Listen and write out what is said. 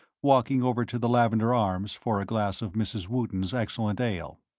walking over to the lavender arms for a glass of mrs. wootton's excellent ale.